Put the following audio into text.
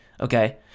Okay